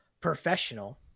professional